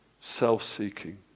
self-seeking